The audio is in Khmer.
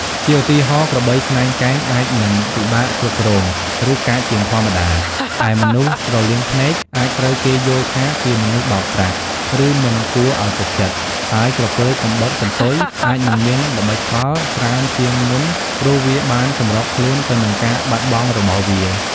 ជាឧទាហរណ៍ ក្របីស្នែងកែងអាចនឹងពិបាកគ្រប់គ្រង ឬកាចជាងធម្មតា ឯមនុស្សស្រលៀងភ្នែកអាចត្រូវគេយល់ថាជាមនុស្សបោកប្រាស់ ឬមិនគួរឲ្យទុកចិត្ត ហើយក្រពើកំបុតកន្ទុយអាចនឹងមានល្បិចកលច្រើនជាងមុនព្រោះវាបានសម្របខ្លួនទៅនឹងការបាត់បង់របស់វា។